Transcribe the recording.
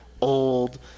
old